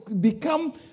become